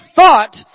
thought